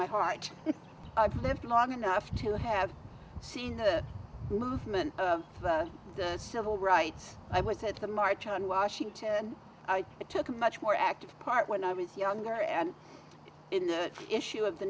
my heart i've lived long enough to have seen the movement of the civil rights i was at the march on washington i took a much more active part when i was younger and in the issue of the